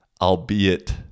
albeit